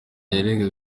yareraga